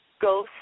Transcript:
go